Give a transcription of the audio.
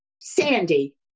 Sandy